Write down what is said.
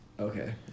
Okay